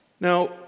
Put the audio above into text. Now